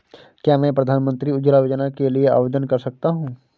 क्या मैं प्रधानमंत्री उज्ज्वला योजना के लिए आवेदन कर सकता हूँ?